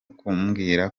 kumbwira